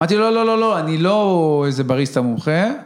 אמרתי לו, לא, לא, לא, אני לא איזה בריסטה מומחה.